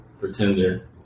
Pretender